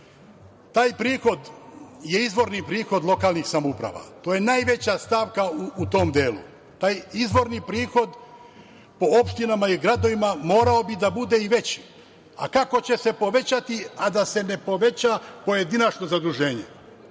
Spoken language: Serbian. taj prihod je izvorni prihod lokalnih samouprava. To je najveća stavka u tom delu, taj izvorni prihod po opštinama i gradovima morao bi da bude i veći, a kako će se povećati da se ne poveća pojedinačno zaduženje,